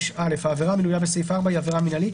5 (א) העבירה המנויה בסעיף 4 היא עבירה מינהלית,